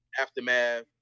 Aftermath